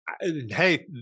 hey